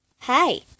Hi